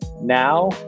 now